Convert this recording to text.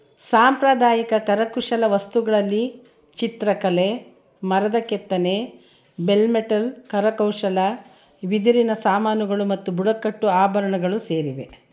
ಸಾಂಪ್ರದಾಯಿಕ ಕರಕುಶಲ ವಸ್ತುಗಳಲ್ಲಿ ಚಿತ್ರಕಲೆ ಮರದ ಕೆತ್ತನೆ ಬೆಲ್ ಮೆಟಲ್ ಕರಕೌಶಲ ಬಿದಿರಿನ ಸಾಮಾನುಗಳು ಮತ್ತು ಬುಡಕಟ್ಟು ಆಭರಣಗಳು ಸೇರಿವೆ